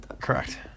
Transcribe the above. Correct